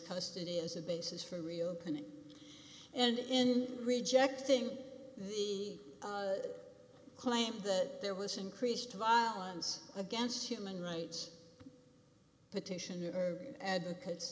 custody as a basis for reopening and in rejecting the claim that there was increased violence against human rights petition advocates